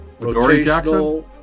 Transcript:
rotational